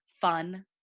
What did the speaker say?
fun